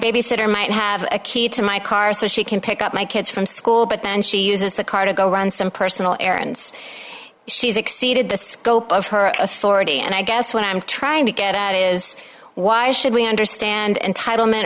babysitter might have a key to my car so she can pick up my kids from school but then she uses the car to go run some personal errands she's exceeded the scope of her authority and i guess what i'm trying to get at is why should we understand entitlement